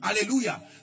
Hallelujah